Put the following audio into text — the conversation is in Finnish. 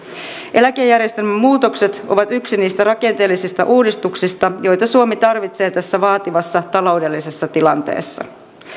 eläkejärjestelmän muutokset ovat yksi niistä rakenteellisista uudistuksista joita suomi tarvitsee tässä vaativassa taloudellisessa tilanteessa